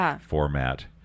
format